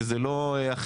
שזה לא אחיד,